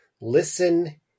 Listen